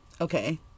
Okay